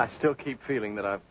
i still keep feeling that i've